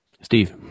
Steve